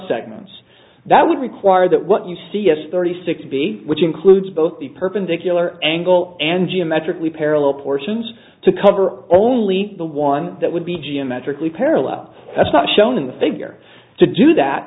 subsegments that would require that what you see as thirty six b which includes both the perpendicular angle and geometrically parallel portions to cover only the one that would be geometrically parallel that's not shown in the figure to do that